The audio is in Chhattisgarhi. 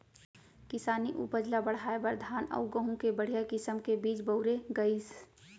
किसानी उपज ल बढ़ाए बर धान अउ गहूँ के बड़िहा किसम के बीज बउरे गइस